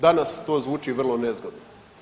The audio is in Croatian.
Danas to zvuči vrlo nezgodno.